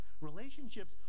Relationships